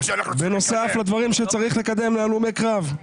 בנוסף לדברים שצריך לקדם להלומי קרב.